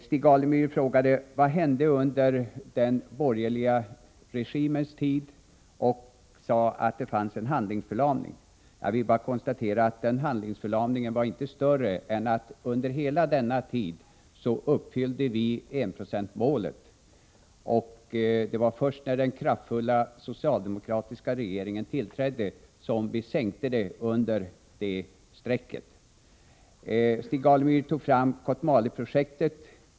Stig Alemyr frågade vad som hände under den borgerliga regimens tid och sade att det då fanns en handlingsförlamning. Jag vill bara konstatera att den handlingsförlamningen inte var större än att vi under hela denna tid uppfyllde enprocentsmålet. Det var först när den kraftfulla socialdemokratiska regeringen tillträdde som vi sänkte biståndet under det strecket. Stig Alemyr tog fram Kotmaleprojektet.